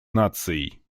наций